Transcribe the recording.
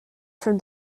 from